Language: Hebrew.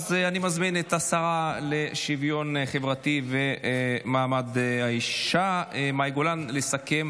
אז אני מזמין את השרה לשוויון חברתי ומעמד האישה מאי גולן לסכם,